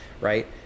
Right